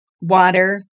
water